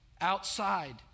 outside